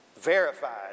verified